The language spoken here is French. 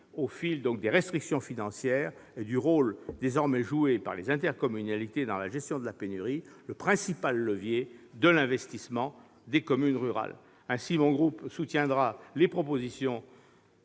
au fil des restrictions financières et du rôle désormais joué par les intercommunalités dans la gestion de la pénurie, le principal levier de l'investissement des communes rurales. Ainsi, mon groupe soutiendra les propositions